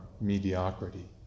mediocrity